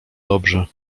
dobrze